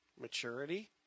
maturity